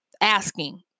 asking